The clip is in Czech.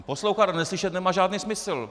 Poslouchat a neslyšet nemá žádný smysl.